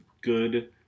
good